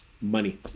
Money